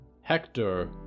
hector